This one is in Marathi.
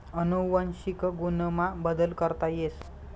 अनुवंशिक गुण मा बदल करता येस